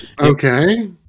Okay